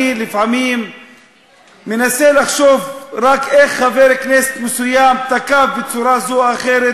אני לפעמים מנסה לחשוב רק איך חבר כנסת מסוים תקף בצורה זו או אחרת,